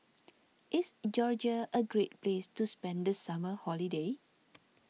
is Georgia a great place to spend the summer holiday